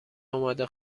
آماده